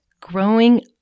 growing